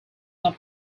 not